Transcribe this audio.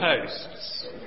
posts